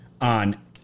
on